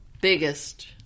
biggest